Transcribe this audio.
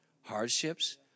hardships